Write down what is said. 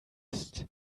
ist